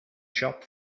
siop